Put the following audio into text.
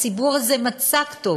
הציבור הזה מצא כתובת,